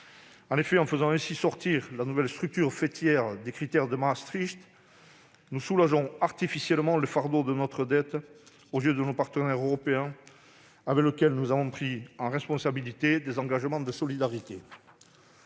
En effet, en faisant ainsi sortir la nouvelle structure faîtière des critères de Maastricht, nous soulageons artificiellement le fardeau de notre dette aux yeux de nos partenaires européens, avec lesquels nous avons pris, en responsabilité, des engagements de solidarité.